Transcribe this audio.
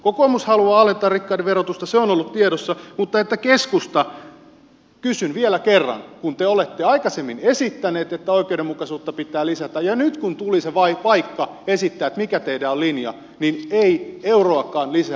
kokoomus haluaa alentaa rikkaiden verotusta se on ollut tiedossa mutta että keskusta kun te olette aikaisemmin esittäneet että oikeudenmukaisuutta pitää lisätä ja nyt kun tuli se paikka esittää että mikä on teidän linjanne niin ei euroakaan lisää oikeudenmukaisuuteen